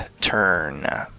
turn